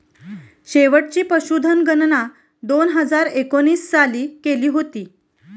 शेवटची पशुधन गणना दोन हजार एकोणीस साली केली होती